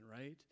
right